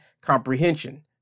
comprehension